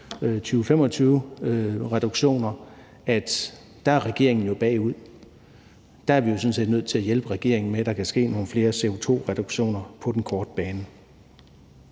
2025-reduktioner, at der er regeringen jo bagud. Der er vi jo sådan set nødt til at hjælpe regeringen med, at der kan ske nogle flere CO2-reduktioner på den korte bane.